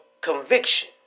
conviction